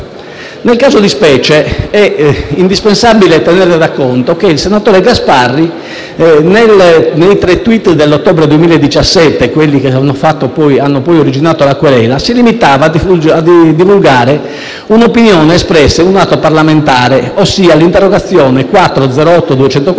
Nel caso di specie, è indispensabile tener conto del fatto che il senatore Gasparri, nei tre *tweet* dell'ottobre 2017, che hanno poi originato la querela, si limitava a divulgare un'opinione espressa in un atto parlamentare, ossia nell'interrogazione 4-08214